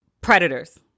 predators